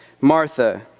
Martha